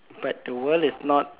but the world is not